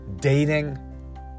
dating